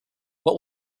what